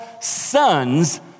sons